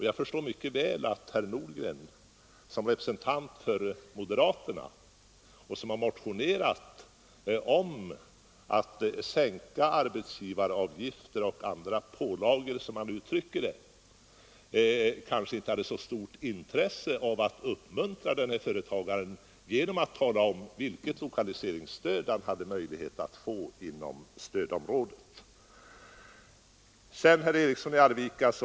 Jag förstår mycket väl att herr Nordgren, som representerar moderaterna och som har motionerat om att sänka arbetsgivaravgifter och andra pålagor, som han uttryckte det, kanske inte hade så stort intresse av att uppmuntra den där företagaren genom att tala om vilket lokaliseringsstöd han hade möjlighet att få inom stödområdet. Så till herr Eriksson i Arvika!